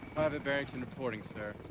private barrington reporting sir.